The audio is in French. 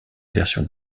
version